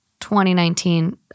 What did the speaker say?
2019